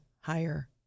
higher